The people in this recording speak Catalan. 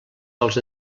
dels